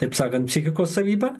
taip sakant psichikos savybė